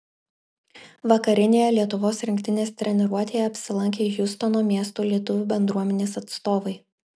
vakarinėje lietuvos rinktinės treniruotėje apsilankė hjustono miesto lietuvių bendruomenės atstovai